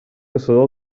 caçador